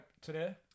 today